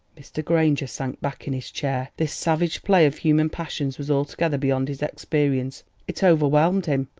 mr. granger sank back in his chair this savage play of human passions was altogether beyond his experience it overwhelmed him.